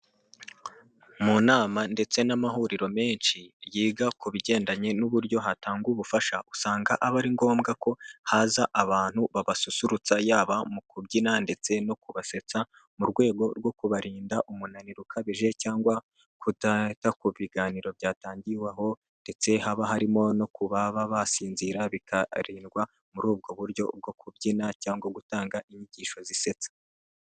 Mu nama ndetse n'amahuriro menshi yiga ku bigendanye n'uburyo hatangwa ubufasha , usanga aba ari ngombwa ko haza abantu babasusurutsa yaba mu kubyina ndetse no kubasetsa mu rwego rwo kubarinda umunaniro ukabije, cyangwa kutajya ku biganiro byatangiwe aho, ndetse haba harimo no kubaba basinzira bikabarinda muri ubwo buryo bwo kubyina cyangwa gutanga inyigisho zisetsa.